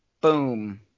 Boom